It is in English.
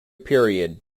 period